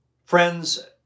Friends